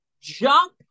jump